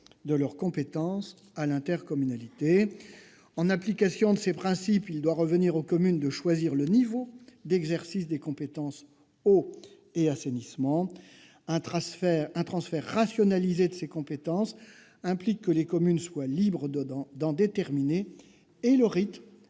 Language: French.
de leurs compétences à l'intercommunalité. En application de ces principes, il doit revenir aux communes de choisir le niveau d'exercice des compétences « eau » et « assainissement ». Un transfert rationalisé de ces compétences implique que les communes soient libres d'en déterminer le rythme